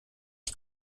die